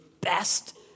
best